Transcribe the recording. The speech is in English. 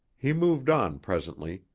he moved on presently,